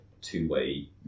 two-way